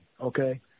okay